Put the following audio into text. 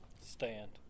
stand